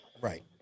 Right